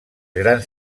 grans